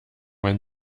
wenn